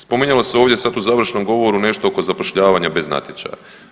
Spominjalo se ovdje sad u završnom govoru nešto oko zapošljavanja bez natječaja.